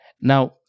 Now